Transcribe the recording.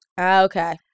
Okay